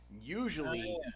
Usually